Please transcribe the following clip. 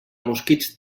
mosquits